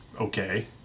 okay